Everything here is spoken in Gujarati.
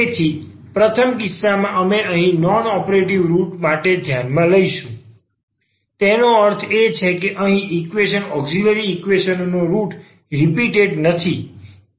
તેથી પ્રથમ કિસ્સામાં અમે અહીં નોન રીપીટેટ રુટ માટે ધ્યાનમાં લઈશું તેનો અર્થ એ કે અહીં આ ઈક્વેશન નાં ઔક્ષીલરી ઈક્વેશન ો ના રુટ રીપીટેટ નથી